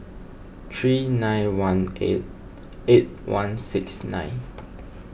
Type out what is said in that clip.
three nine one eight eight one six nine